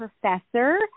professor